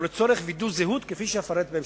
או לצורך וידוא זהות, כפי שאפרט בהמשך.